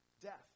Death